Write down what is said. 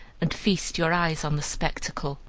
and feast your eyes on the spectacle.